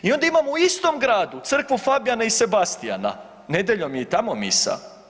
I onda imamo u istom gradu crkvu Fabijana i Sebastijana, nedjeljom je i tamo misa.